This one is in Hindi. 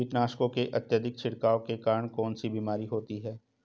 कीटनाशकों के अत्यधिक छिड़काव के कारण कौन सी बीमारी होती है?